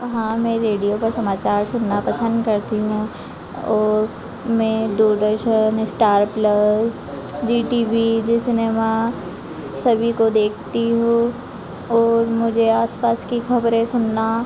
हाँ मैं रेडियो का समाचार सुनना पसन्द करती हूँ और मैं Doordarshan Star Plus Zee T V Zee Cinema सभी को देखती हूँ और मुझे आसपास की खबरें सुनना